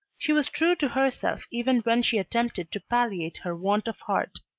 she was true to herself even when she attempted to palliate her want of heart.